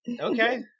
Okay